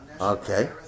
okay